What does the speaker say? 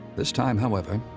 this time, however,